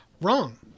Wrong